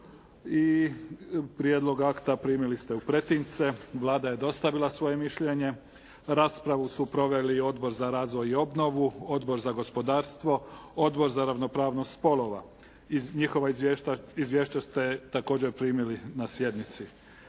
Prijedlog akta primili ste u pretince. Vlada je dostavila svoje mišljenje. Raspravu su proveli Odbor za razvoj i obnovu, Odbor za gospodarstvo, Odbor za ravnopravnost spolova. Njihova izvješća ste također primili na sjednici.